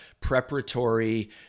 preparatory